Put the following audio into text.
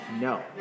No